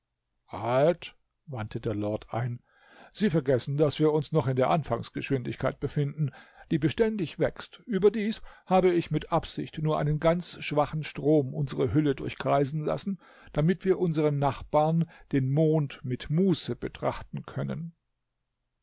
wandte der lord ein sie vergessen daß wir uns noch in der anfangsgeschwindigkeit befinden die beständig wächst überdies habe ich mit absicht nur einen ganz schwachen strom unsre hülle durchkreisen lassen damit wir unsern nachbarn den mond mit muße betrachten können